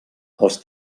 els